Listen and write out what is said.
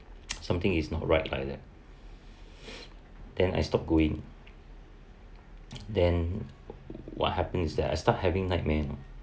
something is not right like that then I stopped going then what happens is that I start having nightmare